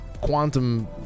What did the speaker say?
quantum